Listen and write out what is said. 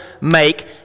make